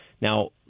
Now